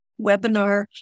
webinar